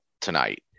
tonight